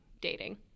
dating